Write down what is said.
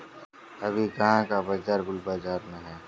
अभी कहाँ का बाजार बुल बाजार में है?